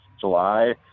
July